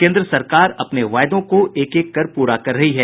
केन्द्र सरकार अपने वायदों को एक एक कर पूरा कर रही है